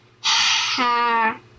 ha